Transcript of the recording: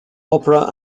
opera